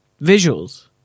visuals